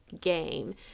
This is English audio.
game